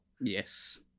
Yes